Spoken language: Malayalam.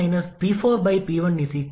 നമ്മൾക്ക് ഒരു ഐസന്റ്രോപിക് കാര്യക്ഷമത 0